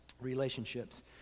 relationships